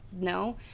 no